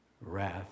wrath